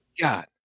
God